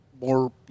more